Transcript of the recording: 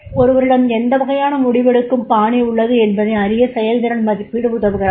ஒருவரிடம் எந்த வகையான முடிவெடுக்கும் பாணி உள்ளது என்பதை அறிய செயல்திறன் மதிப்பீடு உதவுகிறது